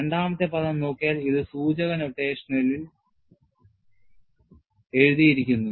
രണ്ടാമത്തെ പദം നോക്കിയാൽ ഇത് സൂചക നൊട്ടേഷനിൽ എഴുതിയിരിക്കുന്നു